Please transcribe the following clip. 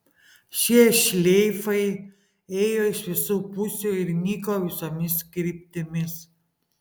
šie šleifai ėjo iš visų pusių ir nyko visomis kryptimis